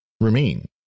remain